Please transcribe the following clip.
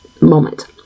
moment